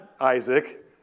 Isaac